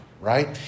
right